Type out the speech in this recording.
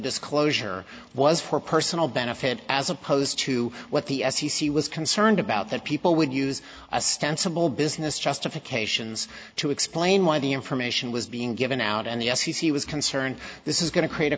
disclosure was for personal benefit as opposed to what the f c c was concerned about that people would use a stance of all business justifications to explain why the information was being given out and the f c c was concerned this is going to create a